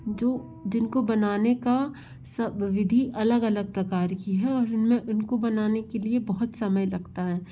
जो जिनको बनाने का सब विधी अलग अलग प्रकार की है और हमें इनको बनाने के लिए बहुत समय लक्ता है